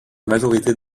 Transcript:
majorité